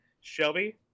Shelby